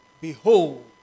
behold